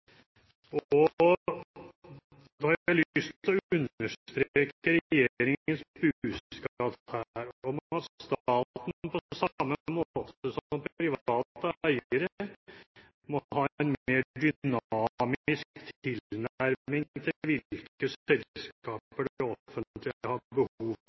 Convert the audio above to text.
har jeg lyst til å understreke regjeringens budskap her om at staten, på samme måte som private eiere, må ha en mer dynamisk tilnærming til